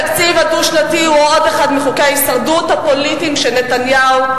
התקציב הדו-שנתי הוא עוד אחד מחוקי ההישרדות הפוליטיים שנתניהו,